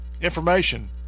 information